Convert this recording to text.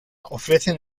ofrecen